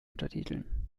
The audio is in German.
untertiteln